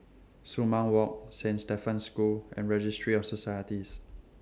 Sumang Walk Saint Stephen's School and Registry of Societies